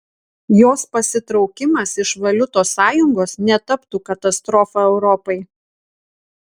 jos pasitraukimas iš valiutos sąjungos netaptų katastrofa europai